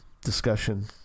discussion